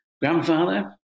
grandfather